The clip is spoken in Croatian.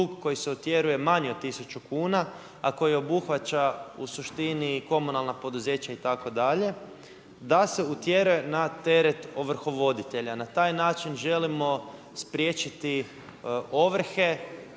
koji se utjeruje manji od 1000 kuna, a koji obuhvaća u suštini i komunalna poduzeća itd. da se utjera na teret ovrhovoditelja. Na taj način želimo spriječiti ovrhe,